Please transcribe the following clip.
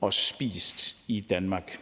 og spist i Danmark.